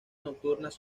nocturnas